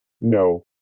No